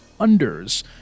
unders